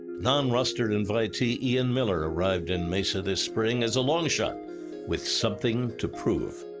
non-rostered invitee, ian miller, arrived in mesa this spring as a long shot with something to prove.